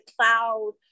cloud